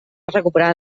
recuperar